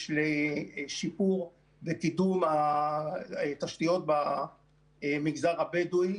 לשיפור ולקידום התשתיות במגזר הבדואי.